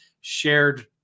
shared